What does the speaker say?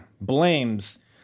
blames